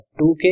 2k